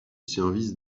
service